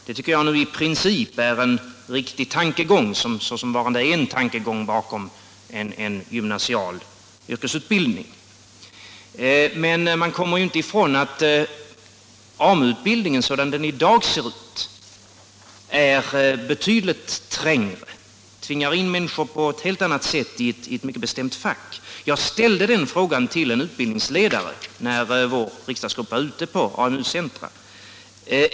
Det tycker jag i princip är en riktig tankegång, såsom varande en tankegång bakom en gymnasial yrkesutbildning. Men man kommer ju inte ifrån att AMU-utbildningen, sådan den i dag ser ut, är betydligt trängre och tvingar in människor på ett helt annat sätt i mycket bestämda fack. Jag ställde en fråga till en utbildningsledare när vår riksdagsgrupp var ute på AMU-centrer.